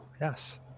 Yes